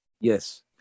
yes